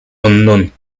unknown